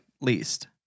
least